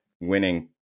winning